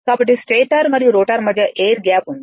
కాబట్టి స్టేటర్ మరియు రోటర్ మధ్య ఎయిర్ గ్యాప్ ఉంది